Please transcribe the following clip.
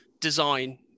design